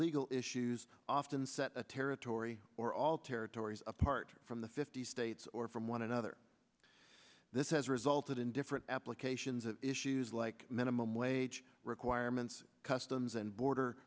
legal issues often set a territory or all territories apart from the fifty states or from one another this has resulted in different applications of issues like minimum wage requirements customs and border